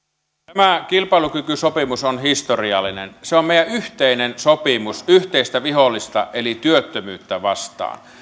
tämä kilpailukykysopimus on historiallinen se on meidän yhteinen sopimus yhteistä vihollista eli työttömyyttä vastaan